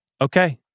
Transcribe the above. Okay